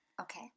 Okay